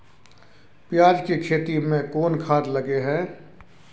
पियाज के खेती में कोन खाद लगे हैं?